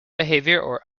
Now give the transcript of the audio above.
behavior